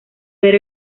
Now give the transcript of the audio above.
ver